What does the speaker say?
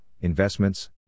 investments